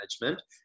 management